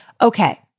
Okay